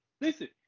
Listen